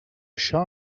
això